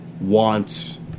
wants